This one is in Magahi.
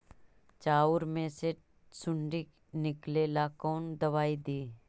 चाउर में से सुंडी निकले ला कौन दवाई दी?